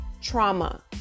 trauma